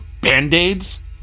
Band-Aids